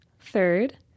Third